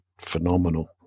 phenomenal